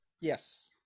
Yes